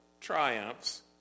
triumphs